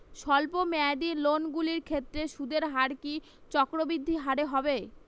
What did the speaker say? স্বল্প মেয়াদী লোনগুলির ক্ষেত্রে সুদের হার কি চক্রবৃদ্ধি হারে হবে?